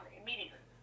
immediately